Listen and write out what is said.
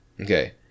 Okay